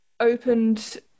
opened